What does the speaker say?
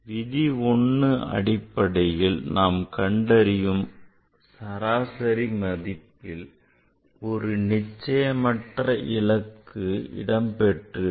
விதி1 அடிப்படையில் நாம் கண்டறியும் சராசரி மதிப்பில் ஒரு நிச்சயமற்ற இலக்கு இடம் பெற்றிருக்கும்